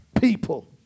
people